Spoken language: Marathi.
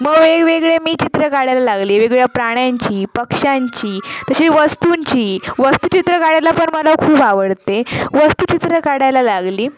मग वेगवेगळे मी चित्र काढायला लागली वेगवेगळ्या प्राण्यांची पक्ष्यांची तशी वस्तूंची वस्तुचित्र काढायला पण मला खूप आवडते वस्तुचित्र काढायला लागले